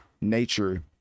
nature